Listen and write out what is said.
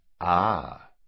Ah